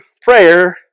prayer